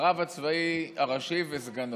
הרב הראשי הצבאי וסגנו.